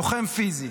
הוא לוחם פיזית,